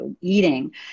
eating